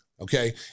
okay